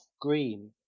green